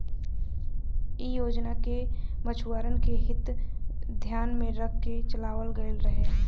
इ योजना के मछुआरन के हित के धियान में रख के चलावल गईल रहे